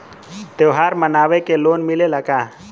त्योहार मनावे के लोन मिलेला का?